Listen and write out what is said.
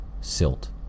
silt